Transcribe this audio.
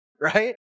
right